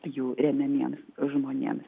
jų remiamiems žmonėms